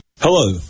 Hello